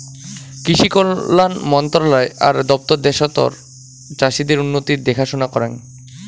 কৃষি কল্যাণ মন্ত্রণালয় আর দপ্তর দ্যাশতর চাষীদের উন্নতির দেখাশনা করেঙ